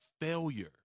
failure